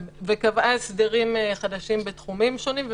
וקבעה הסדרים חדשים בתחומים שונים,